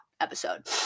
episode